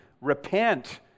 repent